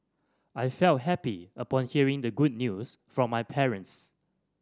I felt happy upon hearing the good news from my parents